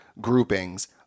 groupings